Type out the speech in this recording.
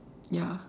ya